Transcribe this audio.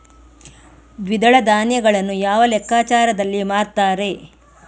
ದ್ವಿದಳ ಧಾನ್ಯಗಳನ್ನು ಯಾವ ಲೆಕ್ಕಾಚಾರದಲ್ಲಿ ಮಾರ್ತಾರೆ?